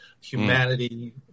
humanity